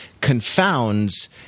confounds